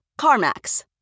CarMax